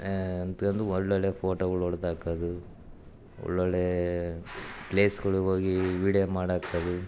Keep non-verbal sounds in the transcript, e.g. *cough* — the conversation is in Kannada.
*unintelligible* ಒಳ್ಳೊಳ್ಳೆ ಫೋಟೋಗಳು ಹೊಡೆದು ಹಾಕೋದು ಒಳ್ಳೊಳ್ಳೆ ಪ್ಲೇಸ್ಗಳಿಗೋಗಿ ವೀಡ್ಯೋ ಮಾಡಾಕೋದು